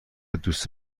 دوست